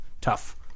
tough